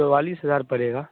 चौवालीस हज़ार पड़ेगा